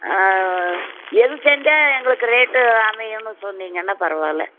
எது செஞ்சால் எங்களுக்கு ரேட்டு அமையும்னு சொன்னீங்கன்னால் பரவாயில்ல